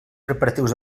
preparatius